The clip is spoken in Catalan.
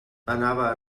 anava